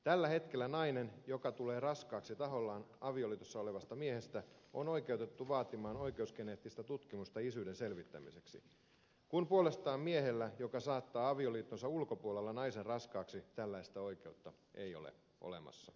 tällä hetkellä nainen joka tulee raskaaksi tahollaan avioliitossa olevasta miehestä on oikeutettu vaatimaan oikeusgeneettistä tutkimusta isyyden selvittämiseksi puolestaan miehellä joka saattaa avioliittonsa ulkopuolella naisen raskaaksi tällaista oikeutta ei ole olemassa